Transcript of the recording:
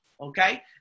okay